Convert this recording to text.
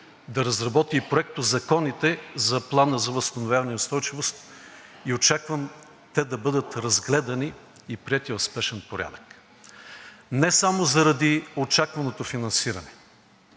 да разработи проектозаконите за Плана за възстановяване и устойчивост и очаквам те да бъдат разгледани и приети в спешен порядък не само заради очакваното финансиране,